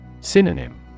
Synonym